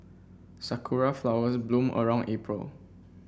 sakura flowers bloom around April